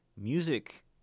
music